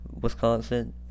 Wisconsin